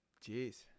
jeez